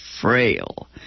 frail